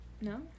No